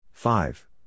Five